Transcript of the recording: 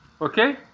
Okay